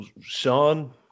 sean